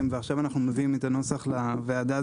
ועכשיו אנחנו מביאים את הנוסח לוועדה.